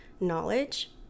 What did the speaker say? knowledge